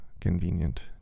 convenient